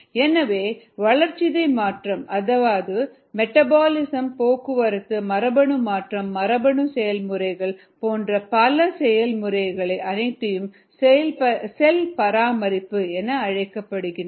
எனவே வளர்சிதை மாற்றம் அதாவது மெட்டபாலிசம் போக்குவரத்து மரபணு மாற்றம் மரபணு செயல்முறைகள் போன்ற பல செயல்முறைகள் அனைத்தும் செல் பராமரிப்பு என அழைக்கப்படுகின்றன